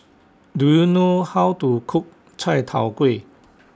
Do YOU know How to Cook Chai Tow Kway